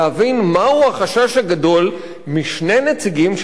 הגדול משני נציגים של המשרד להגנת הסביבה,